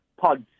pods